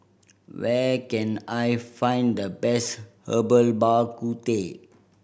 where can I find the best Herbal Bak Ku Teh